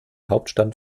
hauptstadt